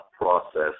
process